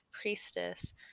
priestess